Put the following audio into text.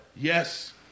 Yes